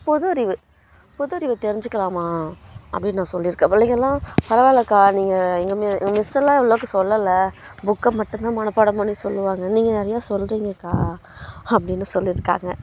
பொது அறிவு பொது அறிவை தெரிஞ்சிக்கலாம்மா அப்படின்னு நான் சொல்லியிருக்கேன் பிள்ளைங்கள்லாம் பரவாயில்லக்கா நீங்கள் எங்கள் மி எங்கள் மிஸ்ஸெல்லாம் இவ்வளோக்கு சொல்லலை புக்கை மட்டும்தான் மனப்பாடம் பண்ணி சொல்லுவாங்க நீங்கள் நிறையா சொல்றீங்கக்கா அப்படின்னு சொல்லியிருக்காங்க